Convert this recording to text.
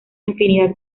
infinidad